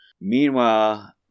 Meanwhile